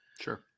sure